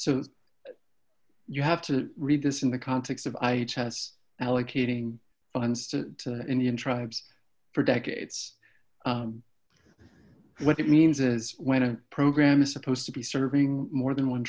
so you have to read this in the context of i guess allocating funds to indian tribes for decades what it means is when a program is supposed to be serving more than one